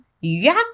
yak